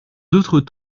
d’autres